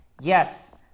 yes